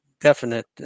definite